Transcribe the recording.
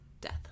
death